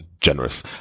generous